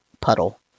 puddle